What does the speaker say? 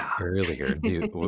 earlier